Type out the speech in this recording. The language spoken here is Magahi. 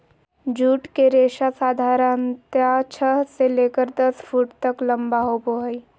जूट के रेशा साधारणतया छह से लेकर दस फुट तक लम्बा होबो हइ